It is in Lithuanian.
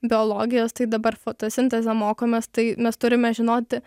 biologijos tai dabar fotosintezę mokomės tai mes turime žinoti